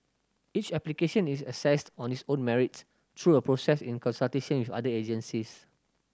each application is assessed on its own merits through a process in consultation with other agencies